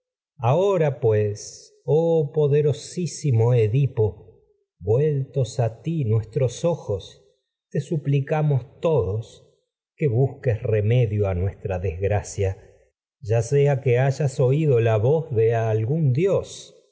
ahora pues olí poderosísimo edipo vueltos ti nuestros ojos te suplicamos todos que busques remedio a nuestra desgracia ya que que ya sea que háyas oído la voz de algún dios